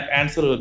answer